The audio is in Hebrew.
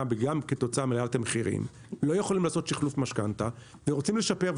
וגם כתוצאה מהעלאת המחירים לא יכולים לעשות שחלוף משכנתה ורוצים לשפר.